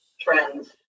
trends